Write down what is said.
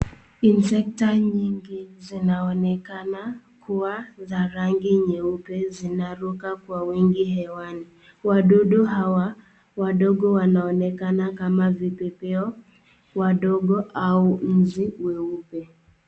Insekta nyingi zinaonekana kuwa za rangi nyeupe zinaruka kwa wingi hewani, wadudu hawa wadogo wanaonekana kama vipepeo wadogo au nzi weupe.